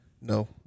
No